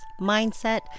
mindset